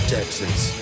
Texas